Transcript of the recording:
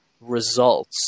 results